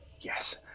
Yes